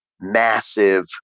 massive